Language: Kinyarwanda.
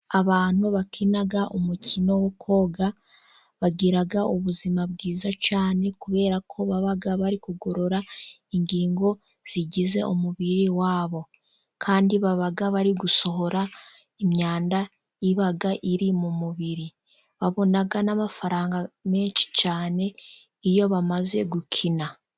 Abantu bakina umukino wo koga, bagira ubuzima bwiza cyane, kubera ko baba barikugorora ingingo zigize umubiri wabo kandi baba barigusohora imyanda iba iri mu mubiri, babona n'amafaranga menshi cyane, iyo bamaze gukina.